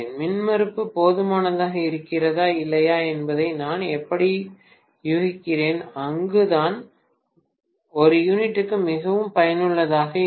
மின்மறுப்பு போதுமானதாக இருக்கிறதா இல்லையா என்பதை நான் எப்படி யூகிக்கிறேன் அங்குதான் ஒரு யூனிட்டுக்கு மிகவும் பயனுள்ளதாக இருக்கும்